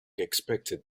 expected